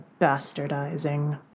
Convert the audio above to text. bastardizing